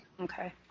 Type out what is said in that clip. Okay